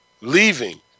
leaving